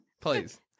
Please